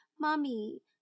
Mommy